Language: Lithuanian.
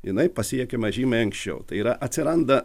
jinai pasiekiama žymiai anksčiau tai yra atsiranda